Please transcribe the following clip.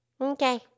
Okay